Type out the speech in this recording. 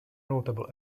notable